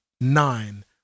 nine